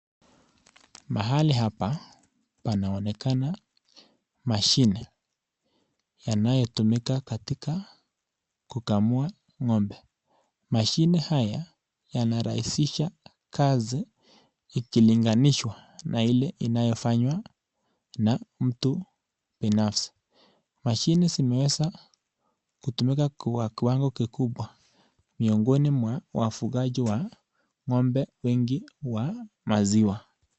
Mahali hapa panaonekana mashini yanayo tumika kukamua ngombe mashini haya inaraisisha kazi ikilinganiswa na hile inayofanywa na mtu binafsi mashini simewesa kutumia Kwa kiwango kikubwa miongo wa wafukaji wa ngombe wengi wa maziwa.